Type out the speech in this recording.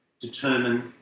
determine